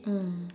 mm